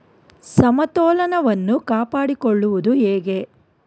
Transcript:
ಸಮತೋಲನವನ್ನು ಕಾಪಾಡಿಕೊಳ್ಳುವುದು ಹೇಗೆ?